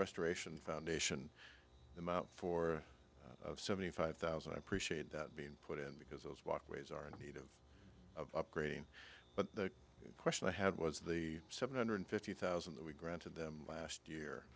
restoration foundation for seventy five thousand i appreciate that being put in because as walkways are in need of upgrading but the question i had was the seven hundred fifty thousand that we granted them last year